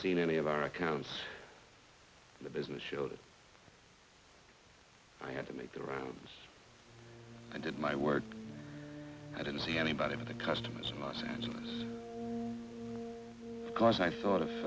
seen any of our accounts the business show that i had to make the rounds i did my work i didn't see anybody in the customers my sandals cos i thought